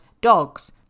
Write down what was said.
dogs